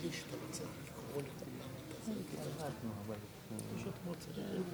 חברי הכנסת, זה נוסח הצהרת האמונים: